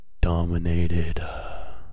dominated